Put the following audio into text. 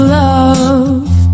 love